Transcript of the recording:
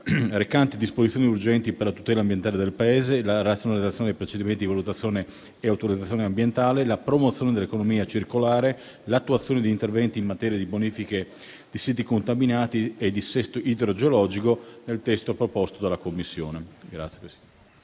recante disposizioni urgenti per la tutela ambientale del Paese, la razionalizzazione dei procedimenti di valutazione e autorizzazione ambientale, la promozione dell'economia circolare, l'attuazione di interventi in materia di bonifiche di siti contaminati e dissesto idrogeologico, è convertito in legge con le modificazioni riportate